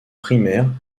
primaire